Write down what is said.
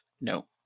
No